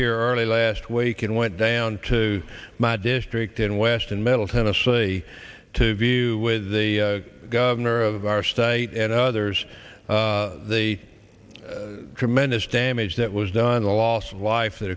here arnie last week and went down to my district in west and middle tennessee to view with the governor of our state and others the tremendous damage that was done the loss of life that